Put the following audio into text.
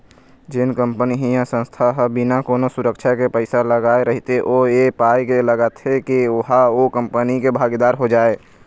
जेन कंपनी ह या संस्था ह बिना कोनो सुरक्छा के पइसा लगाय रहिथे ओ ऐ पाय के लगाथे के ओहा ओ कंपनी के भागीदार हो जाय